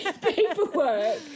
paperwork